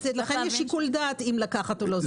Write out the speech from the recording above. לכן יש שיקול דעת אם לקחת או לא לקחת.